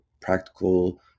practical